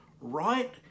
right